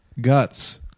guts